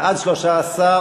בעד, 13,